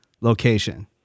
location